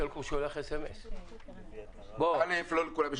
סלקום שולח SMS. א', לא לכולם יש סלקום.